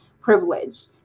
privileged